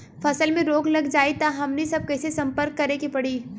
फसल में रोग लग जाई त हमनी सब कैसे संपर्क करें के पड़ी?